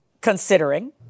considering